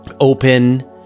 open